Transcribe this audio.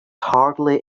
hardly